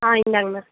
ஆ இந்தாங்க மேம்